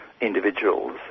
individuals